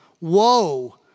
woe